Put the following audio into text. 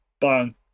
bang